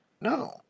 No